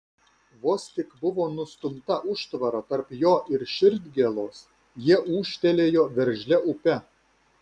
vos tik buvo nustumta užtvara tarp jo ir širdgėlos jie ūžtelėjo veržlia upe